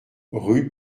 rue